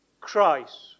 Christ